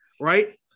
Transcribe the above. right